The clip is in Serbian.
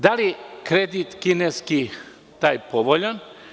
Da li kredit kineski jeste povoljan?